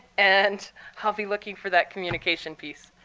and i'll be looking for that communication piece.